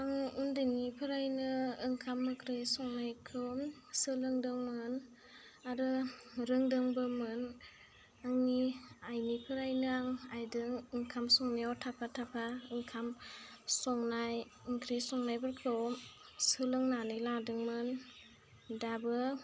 आं उन्दैनिफ्रायनो ओंखाम ओंख्रि संनायखौ सोलोंदोंमोन आरो रोंदोंबोमोन आंनि आइनिफ्रायनो आं आइदों ओंखाम संनायाव थाफा थाफा ओंखाम संनाय ओंख्रि संनायफोरखौ सोलोंनानै लादोंमोन दाबो